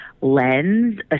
lens